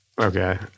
Okay